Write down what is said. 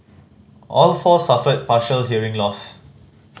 all four suffered partial hearing loss